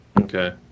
Okay